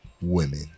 women